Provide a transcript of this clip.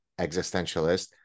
existentialist